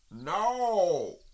No